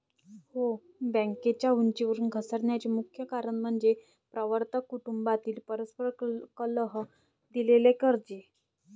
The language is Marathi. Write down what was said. हो, बँकेच्या उंचीवरून घसरण्याचे मुख्य कारण म्हणजे प्रवर्तक कुटुंबातील परस्पर कलह, दिलेली कर्जे